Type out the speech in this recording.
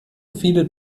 viele